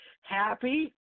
happy